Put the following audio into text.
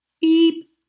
Beep